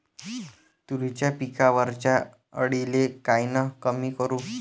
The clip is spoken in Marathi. तुरीच्या पिकावरच्या अळीले कायनं कमी करू?